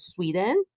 Sweden